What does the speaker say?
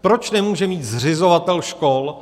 Proč nemůže mít zřizovatel škol